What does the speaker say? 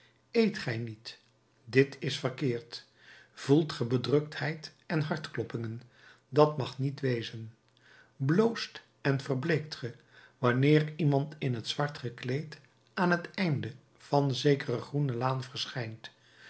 eet gij niet dit is verkeerd voelt ge bedruktheid en hartkloppingen dat mag niet wezen bloost en verbleekt ge wanneer iemand in het zwart gekleed aan het einde van zekere groene laan verschijnt